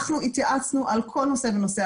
אנחנו התייעצנו על כל נושא ונושא,